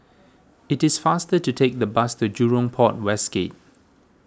it is faster to take the bus to Jurong Port West Gate